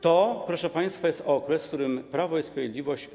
To, proszę państwa, jest okres, w którym rządzi Prawo i Sprawiedliwość.